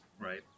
Right